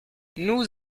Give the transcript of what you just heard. nous